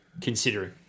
considering